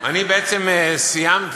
אני בעצם סיימתי,